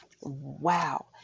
Wow